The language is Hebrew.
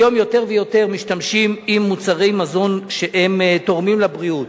היום יותר ויותר משתמשים במוצרי מזון שתורמים לבריאות: